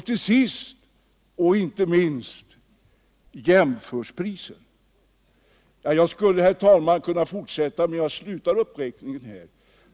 Till sist och inte minst gäller det jämförpriserna. Jag skulle, herr talman, kunna fortsätta men jag slutar uppräkningen här.